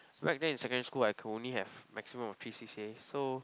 back then in secondary school I could only have maximum of three c_c_a so